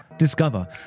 discover